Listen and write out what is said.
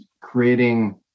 creating